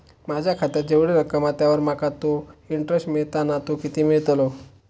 माझ्या खात्यात जेवढी रक्कम हा त्यावर माका तो इंटरेस्ट मिळता ना तो किती मिळतलो?